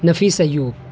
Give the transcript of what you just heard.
Nafees Ayub